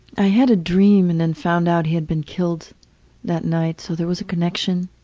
i had a dream and then found out he had been killed that night, so there was a connection